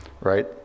right